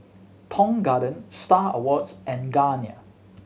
Tong Garden Star Awards and Garnier